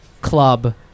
club